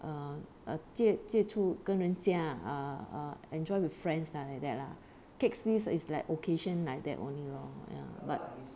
err 接接触跟人家 ugh ugh enjoy with friends lah like that lah cakes this is like occasion like that only lor ya but